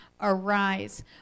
Arise